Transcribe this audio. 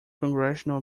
congressional